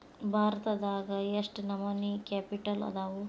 ಭಾರತದಾಗ ಯೆಷ್ಟ್ ನಮನಿ ಕ್ಯಾಪಿಟಲ್ ಅದಾವು?